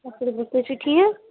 اَصٕل پٲٹھۍ تُہۍ چھِو ٹھیٖک